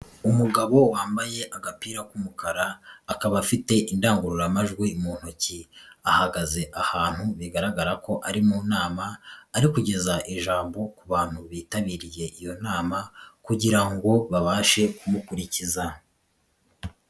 Umugabo wambaye agapira k'umukara akaba afite indangururamajwi mu ntoki, ahagaze ahantu bigaragara ko ari mu nama arigeza ijambo ku bantu bitabiriye iyo nama kugira ngo babashe kumukurikiza.